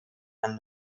and